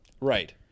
Right